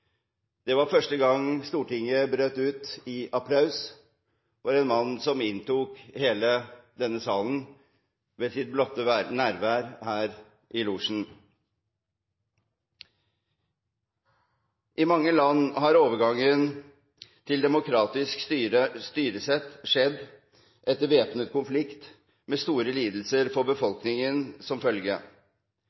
Det var første gang Stortinget brøt ut i applaus over en mann som inntok hele denne salen ved sitt blotte nærvær her i losjen. I mange land har overgangen til demokratisk styresett skjedd etter væpnet konflikt med store lidelser for befolkningen som følge.